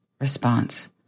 response